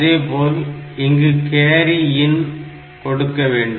அதேபோல் இங்கு கேரி Cin கொடுக்க வேண்டும்